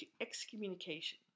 excommunication